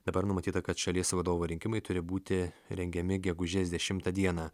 dabar numatyta kad šalies vadovo rinkimai turi būti rengiami gegužės dešimtą dieną